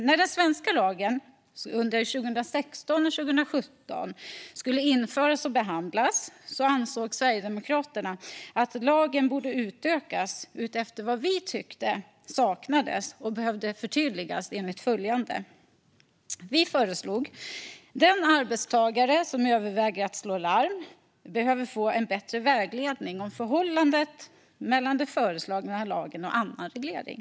När den svenska lagen under 2016 och 2017 skulle införas och behandlas ansåg Sverigedemokraterna att lagen borde utökas med utgångspunkt i vad vi tyckte saknades och behövde förtydligas och föreslog följande: Den arbetstagare som överväger att slå larm behöver få bättre vägledning om förhållandet mellan den föreslagna lagen och annan reglering.